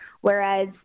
whereas